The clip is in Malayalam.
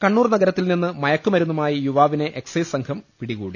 കണ്ണൂർ നഗരത്തിൽ നിന്ന് മയക്കുമരുന്നുമായി യുവാവിനെ എക്സൈസ് സംഘം പിടികൂടി